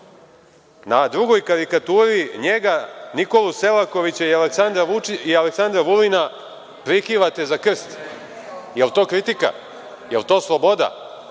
drugoj karikaturi, njega, Nikolu Selakovića i Aleksandra Vulina prikivate za krst. Jel to kritika, jel to sloboda,